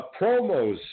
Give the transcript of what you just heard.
promos